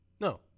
No